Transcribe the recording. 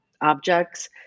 objects